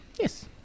Yes